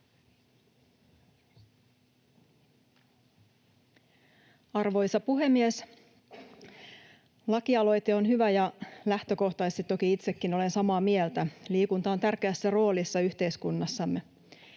Arvoisa puhemies! Lakialoite on hyvä, ja lähtökohtaisesti toki itsekin olen samaa mieltä. Liikunta on tärkeässä roolissa yhteiskunnassamme.